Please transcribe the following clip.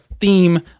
theme